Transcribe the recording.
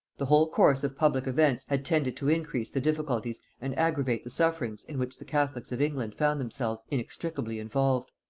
the whole course of public events had tended to increase the difficulties and aggravate the sufferings in which the catholics of england found themselves inextricably involved.